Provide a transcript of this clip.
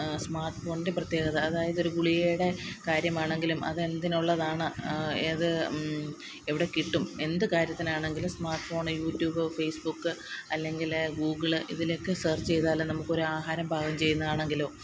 smart ഫോണിന്റെ പ്രത്യേകത അതായത് ഒരു ഗുളികേടെ കാര്യമാണെങ്കിലും അത് എന്തിനുള്ളതാണ് അത് എവിടെ കിട്ടും എന്ത് കാര്യത്തിന് ആണെങ്കിലും smart phone YouTube Facebook അല്ലെങ്കിൽ ഗൂഗിള് ഇതിലൊക്കെ സെര്ച്ച് ചെയ്താൽ നമുക്ക് ഒരു ആഹാരം പാകം ചെയ്യുന്നത് ആണെങ്കിലോ